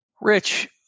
Rich